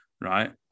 right